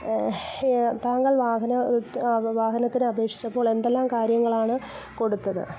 താങ്കൾ വാഹനം വാഹനത്തിന് അപേക്ഷിച്ചപ്പോൾ എന്തെല്ലാം കാര്യങ്ങളാണ് കൊടുത്തത്